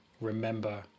remember